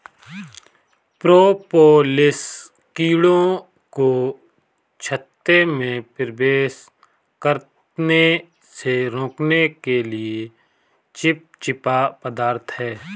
propolis कीड़ों को छत्ते में प्रवेश करने से रोकने के लिए चिपचिपा पदार्थ है